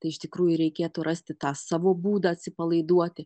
tai iš tikrųjų reikėtų rasti tą savo būdą atsipalaiduoti